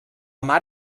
mar